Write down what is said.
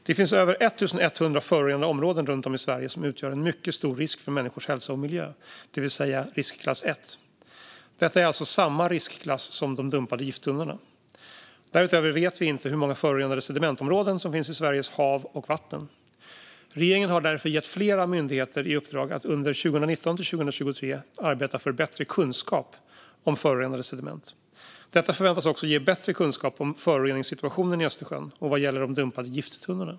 Det finns över 1 100 förorenade områden runt om i Sverige som utgör en mycket stor risk för människors hälsa och miljö, det vill säga riskklass 1. Detta är alltså samma riskklass som de dumpade gifttunnorna. Därutöver vet vi inte hur många förorenade sedimentområden som finns i Sveriges hav och vatten. Regeringen har därför gett flera myndigheter i uppdrag att under 2019-2023 arbeta för bättre kunskap om förorenade sediment. Detta förväntas också ge bättre kunskap om föroreningssituationen i Östersjön och vad gäller de dumpade gifttunnorna.